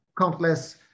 countless